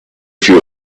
few